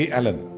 Allen